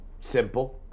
Simple